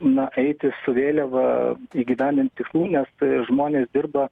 na eiti su vėliava įgyvendint tikslų nes žmonės dirba